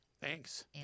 Thanks